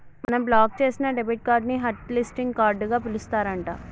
మనం బ్లాక్ చేసిన debit card ని హట్ లిస్టింగ్ కార్డుగా పిలుస్తారు అంట